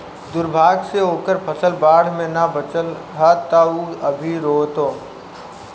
दुर्भाग्य से ओकर फसल बाढ़ में ना बाचल ह त उ अभी रोओता